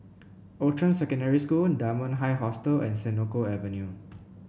Outram Secondary School Dunman High Hostel and Senoko Avenue